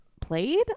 played